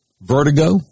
vertigo